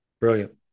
brilliant